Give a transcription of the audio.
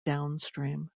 downstream